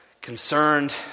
concerned